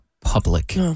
public